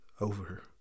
over